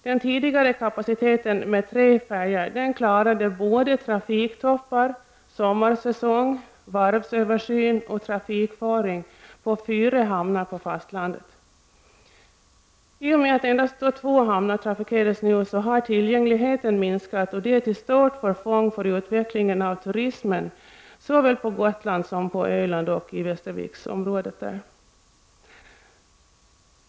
Den tidigare kapaciteten med tre färjor klarade trafiktoppar, sommarsäsong, varvsöversyn och trafikföring på fyra hamnar på fastlandet. I och med att endast två hamnar nu trafikeras har tillgängligheten minskat. Det är till stort förfång för utvecklingen av turismen såväl på Gotland som på Öland och i Västerviksområdet.